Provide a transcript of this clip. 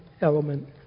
element